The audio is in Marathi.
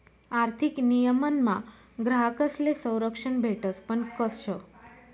आर्थिक नियमनमा ग्राहकस्ले संरक्षण भेटस पण कशं